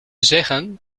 zeggen